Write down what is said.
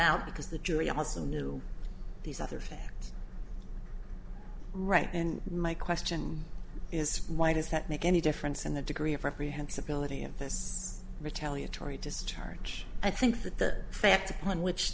out because the jury also knew these other facts right and my question is why does that make any difference in the degree of reprehensible that he infests retaliatory discharge i think that the facts on which